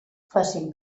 facin